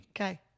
Okay